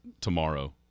tomorrow